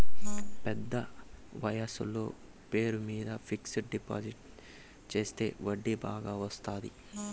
పెద్ద వయసోళ్ల పేరు మీద ఫిక్సడ్ డిపాజిట్ చెత్తే వడ్డీ బాగా వత్తాది